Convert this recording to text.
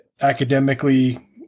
academically